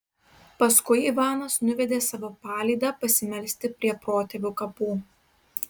paskui ivanas nuvedė savo palydą pasimelsti prie protėvių kapų